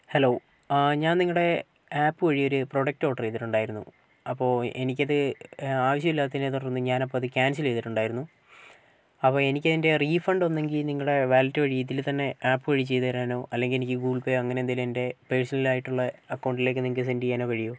hello ഞാൻ നിങ്ങളുടെ app വഴി ഒരു പ്രൊഡക്ട് ഓർഡർ ചെയ്തിട്ടുണ്ടായിരുന്നു അപ്പോൾ എനിക്ക് അത് ആവശ്യമില്ലാത്തതിനെ തുടർന്ന് ഞാൻ അപ്പോൾ അത് ക്യാൻസൽ ചെയ്തിട്ടുണ്ടായിരുന്നു അപ്പോൾ എനിക്ക് ആതിന്റെ റീഫണ്ട് ഒന്നുകിൽ നിങ്ങളുടെ വാലെറ്റ് വഴി ഇതിൽ തന്നെ ആപ്പ് വഴി ചെയ്ത് താരാനോ അല്ലെങ്കിൽ എനിക്ക് ഗൂഗിൾ പേയോ അങ്ങനെ എന്തെങ്കിലും എന്റെ പേർസണൽ ആയിട്ടുള്ള അക്കൌണ്ടിലേക്ക് നിങ്ങൾക്ക് സെൻറ് ചെയ്യാനോ കഴിയുമോ